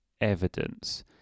evidence